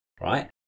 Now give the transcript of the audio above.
right